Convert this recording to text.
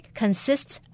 consists